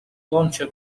launcher